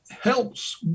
helps